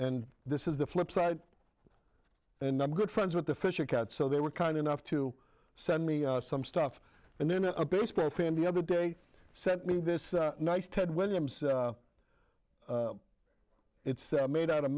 and this is the flip side and i'm good friends with the fisher cats so they were kind enough to send me some stuff and then a baseball fan the other day set me this nice ted williams it's made out of